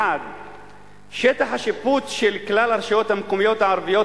1. שטח השיפוט של כלל הרשויות המקומיות הערביות